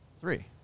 three